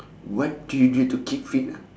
what do you do to keep fit ah